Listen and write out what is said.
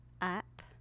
up